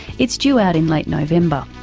it's due out in late november.